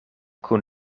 kun